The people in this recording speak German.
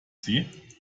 sie